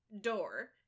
door